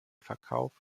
verkauf